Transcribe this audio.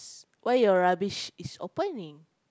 where your rubbish is opening